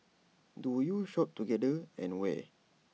do you shop together and where